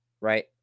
right